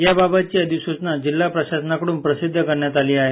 याबाबतची अधिसूचना जिल्हा प्रशासनाकडून प्रसिध्द करण्यात आली आहे